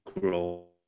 grow